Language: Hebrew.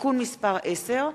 (תיקון מס' 10),